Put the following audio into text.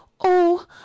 Oh